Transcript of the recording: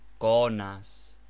Conas